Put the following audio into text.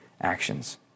actions